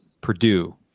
Purdue